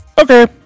okay